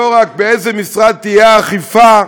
לא רק באיזה משרד תהיה האכיפה,